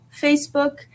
Facebook